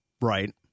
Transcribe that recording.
Right